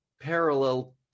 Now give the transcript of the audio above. parallel